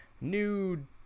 new